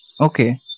Okay